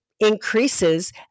increases